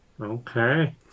Okay